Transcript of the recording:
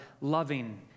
loving